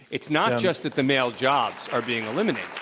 it's not just that the male jobs are being eliminated.